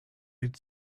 had